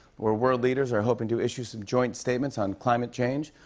where world leaders are hoping to issue some joint statements on climate change.